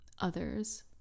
others